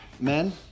men